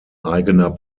eigener